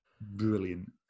brilliant